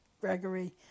Gregory